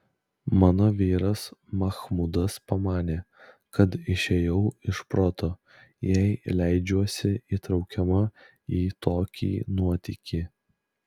mano vyras machmudas pamanė kad išėjau iš proto jei leidžiuosi įtraukiama į tokį nuotykį